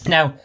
Now